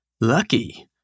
lucky